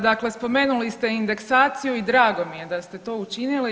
Dakle, spomenuli ste indeksaciju i drago mi je da ste to učinili.